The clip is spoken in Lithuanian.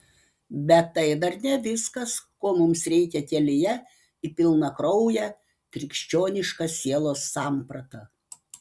bet tai dar ne viskas ko mums reikia kelyje į pilnakrauję krikščionišką sielos sampratą